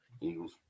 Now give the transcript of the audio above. Eagles